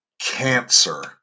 cancer